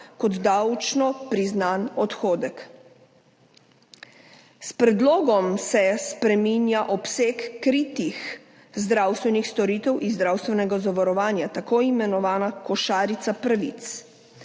kot davčno priznan odhodek. S predlogom se spreminja obseg kritih zdravstvenih storitev iz zdravstvenega zavarovanja, tako imenovana košarica pravic.